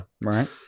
Right